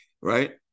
right